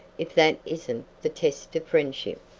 if that isn't the test of friendship.